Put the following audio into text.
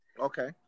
Okay